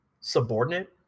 subordinate